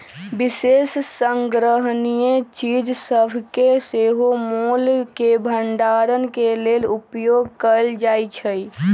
विशेष संग्रहणीय चीज सभके सेहो मोल के भंडारण के लेल उपयोग कएल जाइ छइ